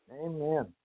Amen